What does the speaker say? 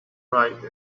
write